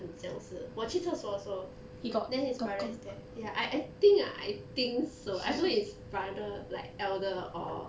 很像是我去厕所的时候 then his parents there ya I I think ah I think so I know is brother like elder or